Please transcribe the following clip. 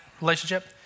relationship